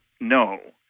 No